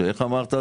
איך אמרת,